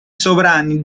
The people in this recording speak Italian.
sovrani